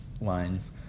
lines